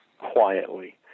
quietly